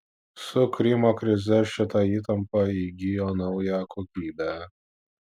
su krymo krize šita įtampa įgijo naują kokybę